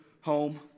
home